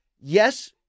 yes